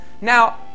Now